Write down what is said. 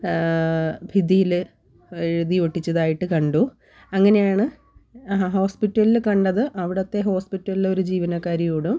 ഭിത്തിയിൽ എഴുതി ഒട്ടിച്ചതായിട്ട് കണ്ടു അങ്ങനെയാണ് ഹോസ്പിറ്റ്ലിൽ കണ്ടത് അവിടുത്തെ ഹോസ്പിറ്റലിലെ ഒരു ജീവനക്കാരിയോടും